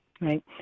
right